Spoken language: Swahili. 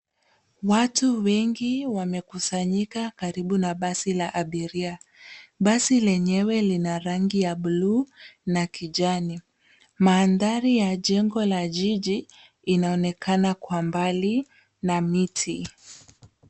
Watu wengi wamekusanyika karibu na basi la abiria. Basi lenyewe lina rangi ya blue na kijani. Mandhari ya jengo la jiji inaonekana kwa mbali na miti.